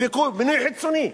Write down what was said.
מינוי חיצוני,